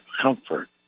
comfort